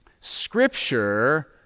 scripture